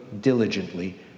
diligently